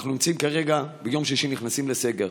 אנחנו נמצאים כרגע, ביום שישי נכנסים לסגר.